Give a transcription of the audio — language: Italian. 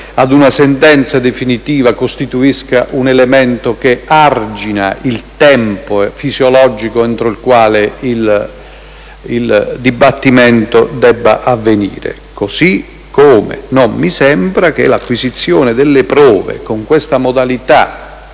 ad una sentenza definitiva costituisca un elemento che argina il tempo fisiologico entro il quale il dibattimento si deve svolgere, così come non mi sembra che l'acquisizione delle prove, attraverso questa modalità